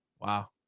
Wow